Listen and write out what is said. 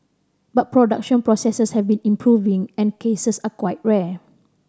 but production processes have been improving and cases are quite rare